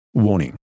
Warning